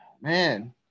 man